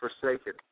forsaken